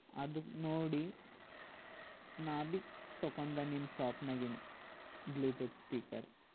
ಅದು ನೋಡಿ ನಾನು ಭೀ ತೊಕೊಂದ ನಿಮ್ಮ ಶಾಪ್ನಾಗಿಂದ ಬ್ಲೂಟೂತ್ ಸ್ಪೀಕರ್